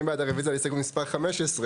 מי בעד רביזיה להסתייגות מספר 17?